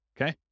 okay